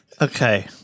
okay